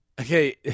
Okay